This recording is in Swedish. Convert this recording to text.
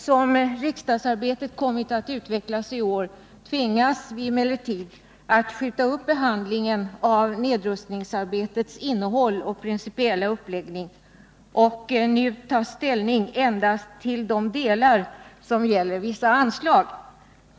Som riksdagsarbetet kommit att utveckla sig i år tvingas vi emellertid att skjuta upp behandlingen av nedrustningsarbetets innehåll och principiella uppläggning och nu ta ställning endast till de delar som gäller vissa anslag.